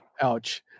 Ouch